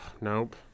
nope